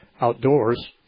outdoors